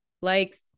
likes